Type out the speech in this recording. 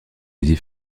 aviez